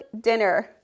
dinner